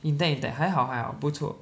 intact intact 还好还好不错